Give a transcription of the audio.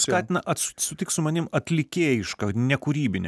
skatina atsu sutik su manim atlikėjiška ne kūribine